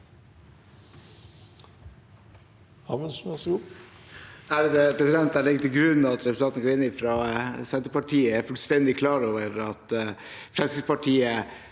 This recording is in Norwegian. Jeg legger til grunn at representanten Greni fra Senterpartiet er fullstendig klar over at Fremskrittspartiet